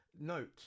Note